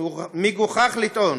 מגוחך לטעון